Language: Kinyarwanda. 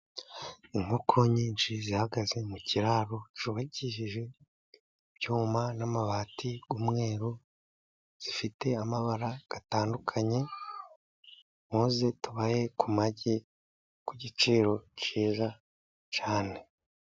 Inkoko nyinshi, zihagaze mu kiraro cyubakishije ibyuma n'amabati y'umweru, zifite amabara atandukanye muze tubahe ku magi ku giciro cyiza cyane.